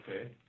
okay